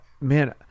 Man